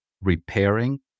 repairing